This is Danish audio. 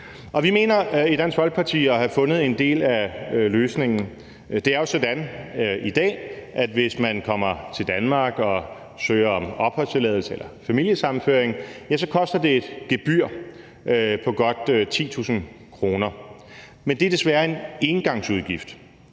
Vi mener i Dansk Folkeparti at have fundet en del af løsningen. Det er jo sådan i dag, at hvis man kommer til Danmark og søger om opholdstilladelse eller familiesammenføring, koster det et gebyr på godt 10.000 kr. Men det er desværre en engangsudgift.